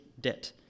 debt